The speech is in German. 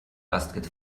astrid